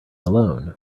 alone